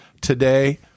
today